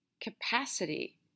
capacity